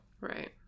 Right